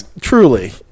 truly